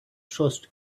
trust